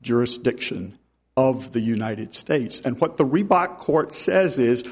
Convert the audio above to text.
jurisdiction of the united states and what the reebok court says is